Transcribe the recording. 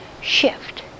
shift